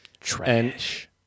Trash